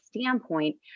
standpoint